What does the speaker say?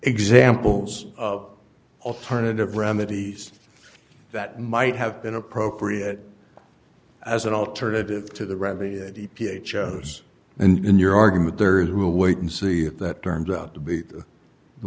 examples of alternative remedies that might have been appropriate as an alternative to the rabid e p a chose and in your argument there is will wait and see if that turns out to be the